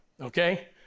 okay